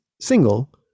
single